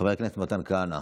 חבר הכנסת מתן כהנא,